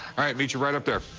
right, meet you right up there.